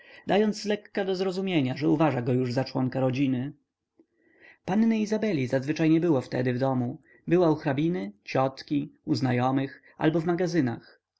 dając zlekka do zrozumienia że uważa go już za członka rodziny panny izabeli zazwyczaj nie było wtedy w domu była u hrabiny ciotki u znajomych albo w magazynach